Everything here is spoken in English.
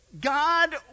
God